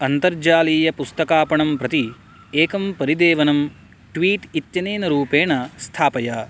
अन्तर्जालीय पुस्तकापणं प्रति एकं परिदेवनं ट्वीट् इत्यनेन रूपेण स्थापय